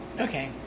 Okay